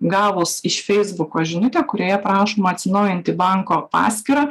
gavus iš feisbuko žinutę kurioje prašoma atsinaujinti banko paskyrą